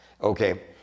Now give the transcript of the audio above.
Okay